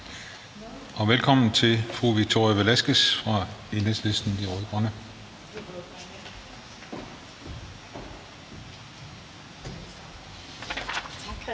Og velkommen til fru Victoria Velasquez fra Enhedslisten – De Rød-Grønne.